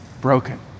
broken